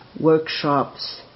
workshops